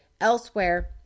elsewhere